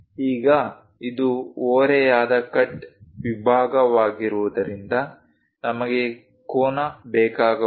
ಈಗ ಇದು ಓರೆಯಾದ ಕಟ್ ವಿಭಾಗವಾಗಿರುವುದರಿಂದ ನಮಗೆ ಕೋನ ಬೇಕಾಗಬಹುದು